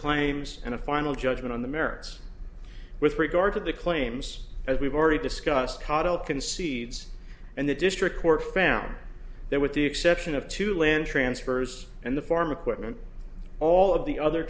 claims and a final judgment on the merits with regard to the claims as we've already discussed cottle concedes and the district court found that with the exception of two land transfers and the farm equipment all of the other